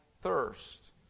thirst